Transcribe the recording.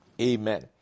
amen